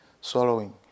swallowing